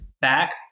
back